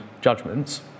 judgments